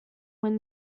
win